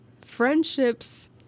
friendships